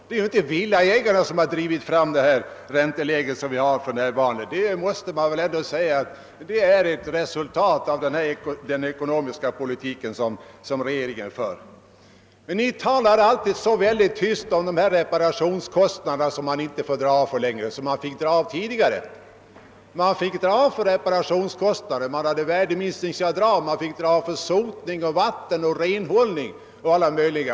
Det är ju inte de som drivit fram det ränteläge som vi för närvarande har. Det är ett resultat av den ekonomiska politik som regeringen för. Ni talar alltid så tyst om att man numera inte såsom tidigare får göra avdrag för reparationskostnader, värdeminskning, avdrag för sotning, vattenoch renhållning o.s.v.